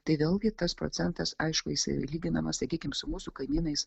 tai vėlgi tas procentas aišku jisai lyginamas sakykim su mūsų kaimynais